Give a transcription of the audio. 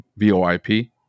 VOIP